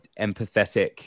empathetic